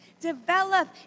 Develop